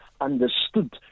understood